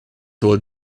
told